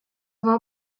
war